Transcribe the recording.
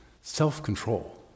Self-control